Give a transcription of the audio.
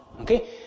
Okay